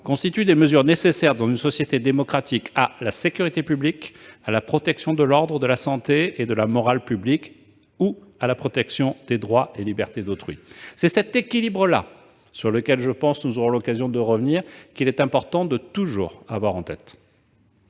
constituent des mesures nécessaires, dans une société démocratique, à la sécurité publique, à la protection de l'ordre, de la santé ou de la morale publiques, ou à la protection des droits et libertés d'autrui. » C'est cet équilibre-là qu'il est important de toujours avoir en tête.